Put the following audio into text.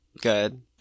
Good